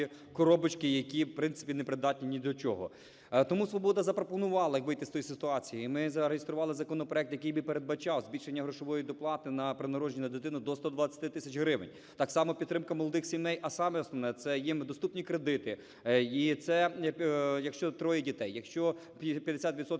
коробочки, які, в принципі, не придатні ні до чого. Тому "Свобода" запропонувала, як вийти з тої ситуації. І ми зареєстрували законопроект, який би передбачав збільшення грошової доплати при народженні дитини до 120 тисяч гривень, так само підтримка молодих сімей. А саме основне, це їм доступні кредити, це, якщо троє дітей, якщо 50